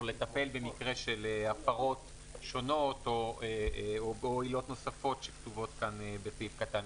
לטפל במקרה של הפרות שונות או --- נוספות שכתובות כאן בסעיף (א).